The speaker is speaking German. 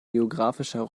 geographischer